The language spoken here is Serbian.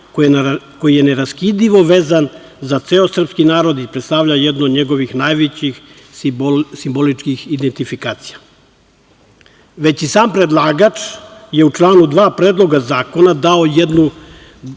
koji je neraskidivo vezan za ceo srpski narod i predstavlja jednu od njegovih najvećih simboličkih identifikacija. Već i sam predlagač je u članu 2. Predloga zakona dao jednu